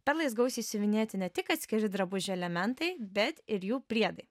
perlais gausiai išsiuvinėti ne tik atskiri drabužio elementai bet ir jų priedai